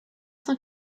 cent